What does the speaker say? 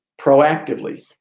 proactively